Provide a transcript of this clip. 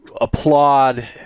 applaud